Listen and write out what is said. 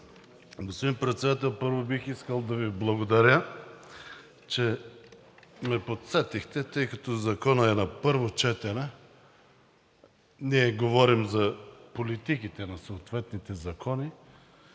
Господин Председател, първо, бих искал да Ви благодаря, че ме подсетихте, тъй като Законът е на първо четене, ние говорим за политиките на съответните закони,